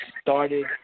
started